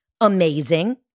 amazing